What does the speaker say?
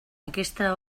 aquesta